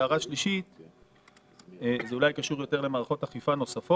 ההערה השלישית שלי קשורה יותר אולי למערכות אכיפה נוספות,